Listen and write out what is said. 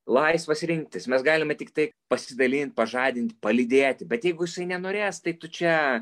laisvas rinktis mes galime tiktai pasidalint pažadint palydėti bet jeigu jisai nenorės tai tu čia